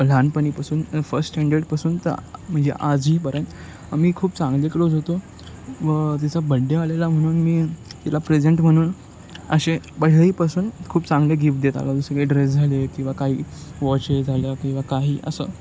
लहानपणीपासून फर्स्ट स्टँडर्डपासून तर म्हणजे आजहीपर्यंत मी खूप चांगले क्लोज होतो व तिचा बड्डे आलेला म्हणून मी तिला प्रेझेंट म्हणून असे पहिलेपासून खूप चांगले गिफ्ट देत आलो जसं की ड्रेस झाले किंवा काही वॉच आहे झालं किंवा काही असं